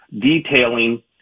detailing